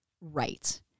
Right